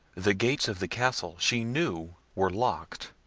the gates of the castle, she knew, were locked,